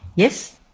yes.